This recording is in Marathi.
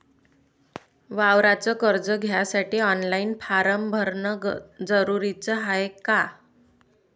वावराच कर्ज घ्यासाठी ऑनलाईन फारम भरन जरुरीच हाय का?